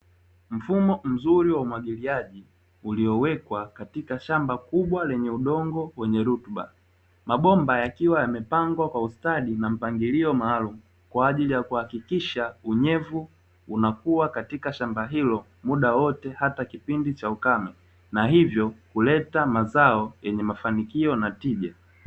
Mfumo mzuri wa umwagiliaji uliowekwa katika shamba kubwa lenye udongo kwenye rutuba, mabomba yakiwa yamepangwa kwa ustadi na mpangilio maalumu kwa ajili ya kuhakikisha unyevu unakuwa katika shamba hilo muda wote, hata kipindi cha ukame na hivyo kuleta mazao yenye mafanikio na tija.